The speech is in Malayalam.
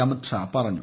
അമിത് ഷാ പറഞ്ഞു